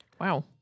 Wow